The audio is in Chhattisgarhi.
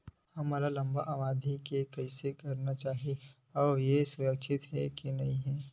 हमन ला लंबा अवधि के बर कइसे करना चाही अउ ये हा सुरक्षित हे के नई हे?